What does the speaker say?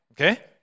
okay